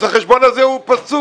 אז החשבון הזה הוא פסול.